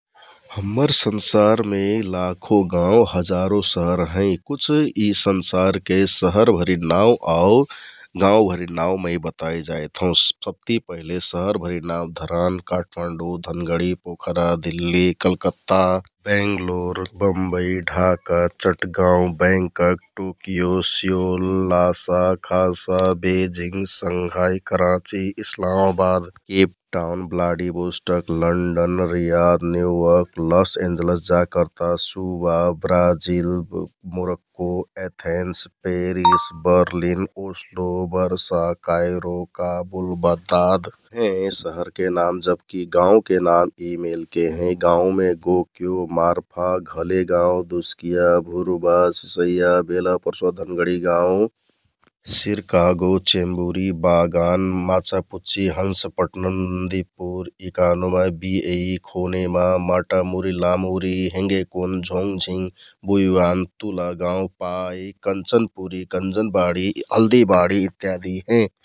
हम्मर संसारमे लाखों गाउँ, हजारों शहर है कुछ यि संसारके शहरभरिन नाउँ आउ गाउँभरिन नाउँ मै बताइ जाइथौं । सबति पहिले शहरभरिन नाउँ धरान, काठमाण्डो, धनगढी, पोखरा, दिल्लि, कलकत्ता, बेङ्गलोर, बम्मै ढाका, तटगाउँ, बेङ्गकक, टोकियो, सियोल, ल्हासा, ख्हासा, Beijing, Shanghai, Karachi, Islamabad, Cape Town London, रियार, New York, Los Angeles, Jakarta, Suva, Brazil, Morocco, Athens, Paris, Berlin, Oslo, Kryo, Kabul, बददात हें । शहरके नाम जबकि गाउँके नाम यि मेलके हें गोकियो, मार्फा, घलेगाउँ, घुसकिया, भुरबा, सिसैया, बेलाप्रसुवा, धनगढी गाउँ, सिरका, गोचेन्बुरि, बागान, माछापुच्छि, हँसपटन, नन्दिपुर, इकानोमाइ, बिएइ, खोनेमा, माटामुरि, लामुरि, हेन्गेकोन, झोङ्गझिङ्ग, बुयुयान, तुलागाउँ, तौपाइ, कन्चनपुरि, कन्जनबाडि, हलदिबाडि इत्यादि हें ।